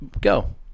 go